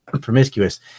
promiscuous